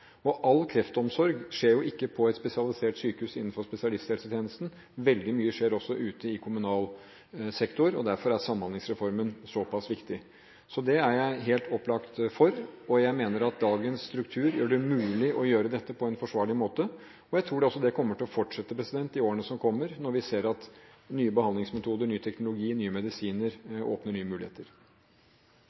All kreftomsorg skjer jo ikke på et spesialisert sykehus innenfor spesialisthelsetjenesten. Veldig mye skjer også ute i kommunal sektor, og derfor er Samhandlingsreformen såpass viktig. Så det er jeg helt opplagt for, og jeg mener at dagens struktur gjør det mulig å gjøre dette på en forsvarlig måte. Jeg tror også at det kommer til å fortsette i årene som kommer, når vi ser at nye behandlingsmetoder, ny teknologi og nye medisiner åpner nye muligheter.